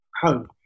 home